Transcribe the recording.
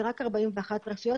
זה רק 41 רשויות,